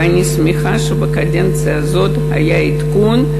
ואני שמחה שבקדנציה הזאת היה עדכון,